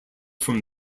from